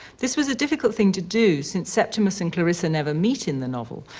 this was a difficult thing to do, since septimus and clarissa never meet in the novel.